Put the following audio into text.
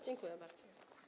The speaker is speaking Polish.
Dziękuję bardzo.